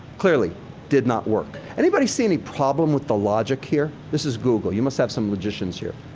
clearly did not work. anybody see any problem with the logic here? this is google. you must have some logicians here.